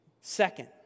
Second